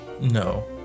No